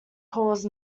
caused